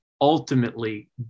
ultimately